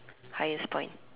highest point